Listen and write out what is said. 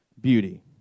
beauty